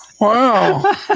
Wow